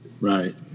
Right